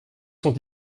sont